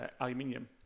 aluminium